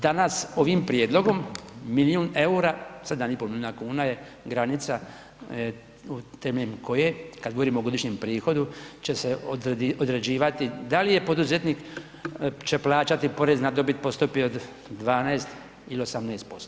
Danas ovim prijedlogom milijun eura, 7,5 milijuna kuna je granica temeljem koje kad govorimo o godišnjem prihodu će se određivati da li je poduzetnik će plaćati porez na dobit po stopi od 12 ili 18%